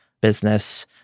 business